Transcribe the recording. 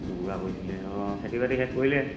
দুুপুৰা কৰিছিলে অঁ খেতি বাতি শেষ কৰিলে